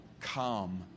come